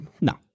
no